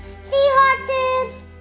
seahorses